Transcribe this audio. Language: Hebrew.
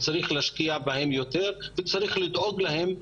צריך להשקיע בהם יותר וצריך לדאוג להם,